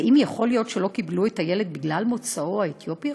האם יכול להיות שלא קיבלו את הילד בגלל מוצאו האתיופי,